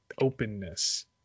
openness